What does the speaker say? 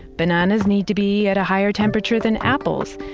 bananas need to be at a higher temperature than apples,